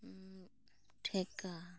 ᱴᱷᱮᱠᱟ